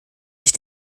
sich